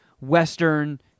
Western